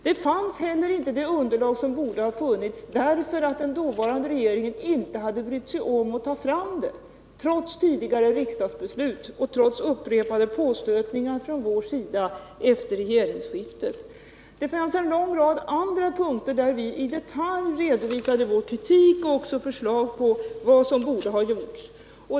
Det fanns inte heller det underlag som borde funnits, därför att den dåvarande regeringen inte brytt sig om att ta fram det, trots tidigare riksdagsbeslut och trots upprepade påstötningar från vår sida efter regeringsskiftet. Det fanns också ett stort antal andra punkter, där vi i detalj redovisade vår kritik och också gav förslag på vad som borde ha gjorts.